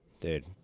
dude